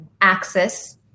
access